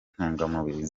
intungamubiri